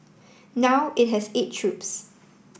now it has eight troops